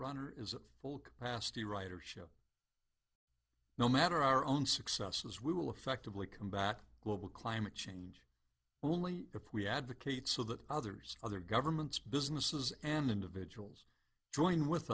runner is a full capacity ridership no matter our own successes we will effectively combat global climate change only if we advocate so that others other governments businesses and individuals join with